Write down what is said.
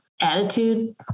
attitude